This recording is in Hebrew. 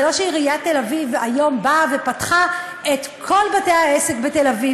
זה לא שעיריית תל-אביב היום באה ופתחה את כל בתי-העסק בתל-אביב.